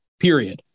period